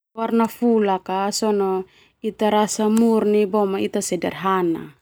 Warna fulak sona ita rasa murni boema ita rasa sederhana.